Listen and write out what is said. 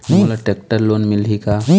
मोला tractor loan मिलही का?